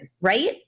right